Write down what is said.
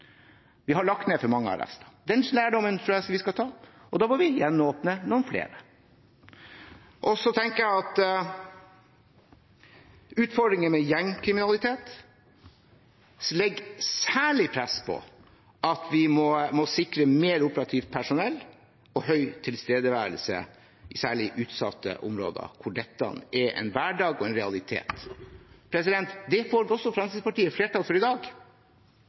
Vi har lagt ned for mange arrester. Den lærdommen tror jeg vi skal ta, og da må vi gjenåpne noen flere. Jeg tenker også at utfordringer med gjengkriminalitet legger særlig press på at vi må sikre mer operativt personell og høy tilstedeværelse, særlig i utsatte områder hvor dette er en hverdag og en realitet. Det får også Fremskrittspartiet flertall for i dag,